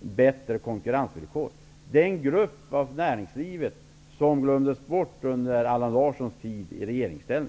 bättre konkurrensvillkor. Detta är en grupp av näringslivet som glömdes bort under Allan Larssons tid i regeringsställning.